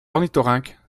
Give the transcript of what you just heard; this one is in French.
ornithorynques